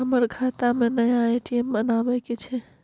हमर खाता में नया ए.टी.एम बनाबै के छै?